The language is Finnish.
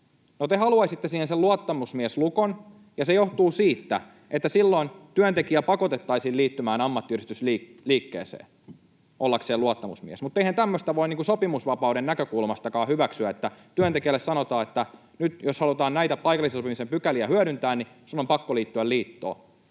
te haluaisitte siihen sen luottamusmieslukon, ja se johtuu siitä, että silloin työntekijä pakotettaisiin liittymään ammattiyhdistysliikkeeseen ollakseen luottamusmies, mutta eihän tämmöistä voi sopimusvapauden näkökulmastakaan hyväksyä, että työntekijälle sanotaan, että nyt jos halutaan näitä paikallisen sopimisen pykäliä hyödyntää, sinun on pakko liittyä liittoon.